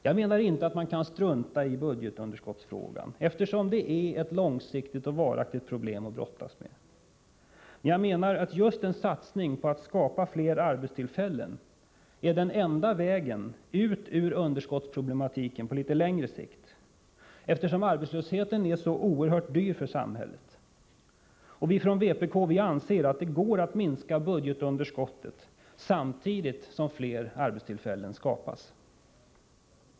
Jag menar inte att man skall strunta i budgetunderskottet, eftersom det är ett långsiktigt och varaktigt problem att brottas med. Men jag menar att just en satsning på att skapa flera arbetstillfällen är den enda vägen som leder ut ur underskottsproblematiken på litet längre sikt, eftersom arbetslösheten är oerhört dyr för samhället. Och vi från vpk anser att det går att minska budgetunderskottet samtidigt som flera arbetstillfällen skapas.